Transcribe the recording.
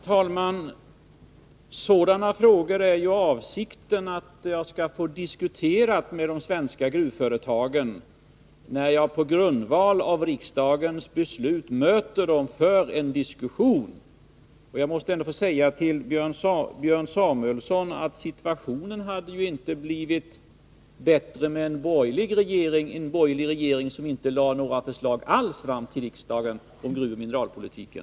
Herr talman! Avsikten är att jag skall få diskutera sådana frågor med de svenska gruvföretagen när jag på grundval av riksdagens beslut möter dem för en diskussion. Jag måste få säga till Björn Samuelsson att situationen inte hade blivit bättre med en borgerlig regering, som inte lade fram några förslag alls till riksdagen om gruvoch mineralpolitiken.